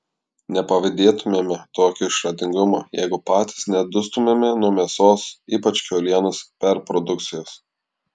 nepavydėtumėme tokio išradingumo jeigu patys nedustumėme nuo mėsos ypač kiaulienos perprodukcijos